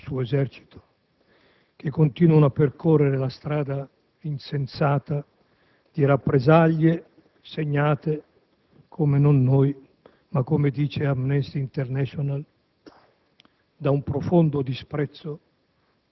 Deve pesare sul Governo israeliano e sul suo esercito, che continuano a percorrere la strada insensata di rappresaglie segnate, non come diciamo noi ma come dice Amnesty International,